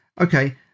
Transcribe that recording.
Okay